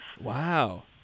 Wow